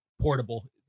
portable